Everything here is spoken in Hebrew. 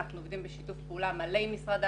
אנחנו עובדים בשיתוף פעולה מלא עם המשרד.